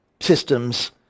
systems